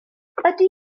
ydy